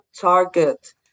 target